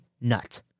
nut